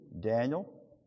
Daniel